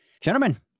gentlemen